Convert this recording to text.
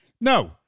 No